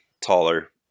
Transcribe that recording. taller